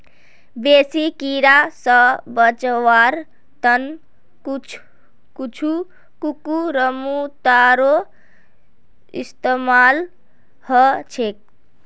बेसी कीरा स बचवार त न कुछू कुकुरमुत्तारो इस्तमाल ह छेक